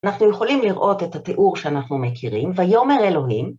אנחנו יכולים לראות את התיאור שאנחנו מכירים, ויאמר אלוהים